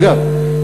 אגב,